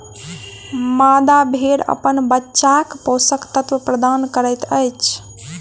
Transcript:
मादा भेड़ अपन बच्चाक पोषक तत्व प्रदान करैत अछि